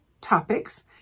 topics